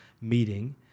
meeting